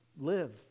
live